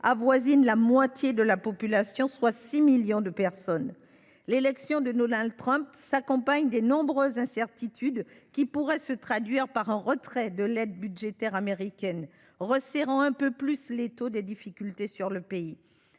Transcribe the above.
avoisine la moitié de la population, soit 6 millions de personnes. L’élection de Donald Trump a suscité de nombreuses incertitudes qui pourraient se traduire par un retrait de l’aide budgétaire américaine, resserrant un peu plus l’étau des difficultés sur le pays.